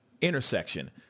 intersection